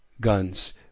guns